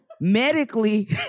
Medically